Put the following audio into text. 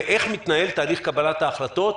ואיך מתקבל תהליך קבלת ההחלטות,